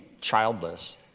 childless